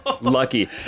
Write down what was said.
lucky